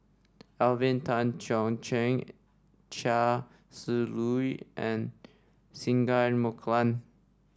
Alvin Tan Cheong Kheng Chia Shi Lu and Singai Mukilan